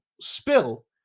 spill